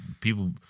People